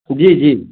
जी जी